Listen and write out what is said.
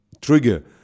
trigger